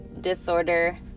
disorder